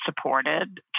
supported